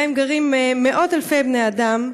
שבהן גרים מאות אלפי בני אדם?